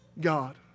God